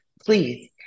please